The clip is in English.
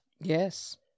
Yes